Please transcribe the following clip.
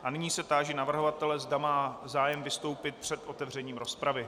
A nyní se táži navrhovatele, zda má zájem vystoupit před otevřením rozpravy.